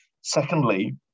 Secondly